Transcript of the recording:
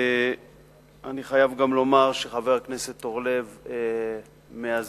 אני גם חייב לומר שחבר הכנסת אורלב מאזן